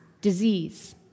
disease